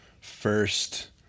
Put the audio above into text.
first